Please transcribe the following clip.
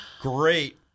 Great